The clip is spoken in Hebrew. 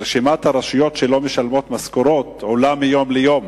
ורשימת הרשויות שלא משלמות משכורות גדלה מיום ליום.